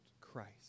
Christ